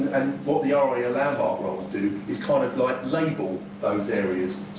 and what the aria landmark roles do is kind of like label those areas.